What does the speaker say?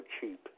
cheap